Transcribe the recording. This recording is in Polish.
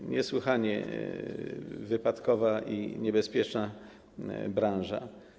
To niesłychanie wypadkowa i niebezpieczna branża.